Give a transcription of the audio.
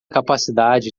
capacidade